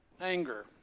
anger